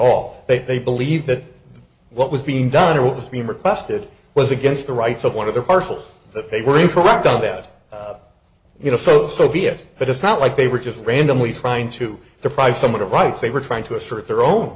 all they believe that what was being done or what was being requested was against the rights of one of the parcels that they were incorrect on that you know so so be it but it's not like they were just randomly trying to deprive someone of rights they were trying to assert their own